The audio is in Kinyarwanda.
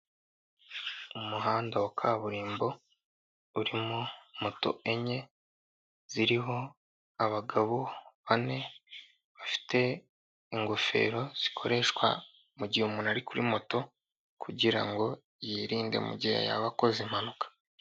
Umuhanda wa kaburimbo, urimo moto enye, ziriho abagabo bane bafite ingofero zikoreshwa mu gihe umuntu ari kuri moto kugira ngo yirinde mu gihe yaba akoze impanuka.